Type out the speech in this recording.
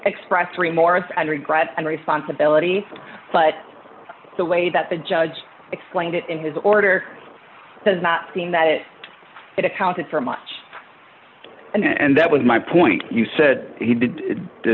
express remorse and regret and responsibility but the way that the judge explained it in his order does not seem that it accounted for much and that was my point you said he did the